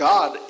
God